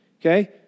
okay